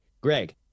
Greg